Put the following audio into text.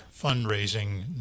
fundraising